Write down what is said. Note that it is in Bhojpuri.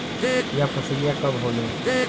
यह फसलिया कब होले?